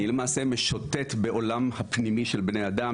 אני בעצם משוטט בעולם הפנימי של בני אדם,